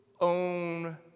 own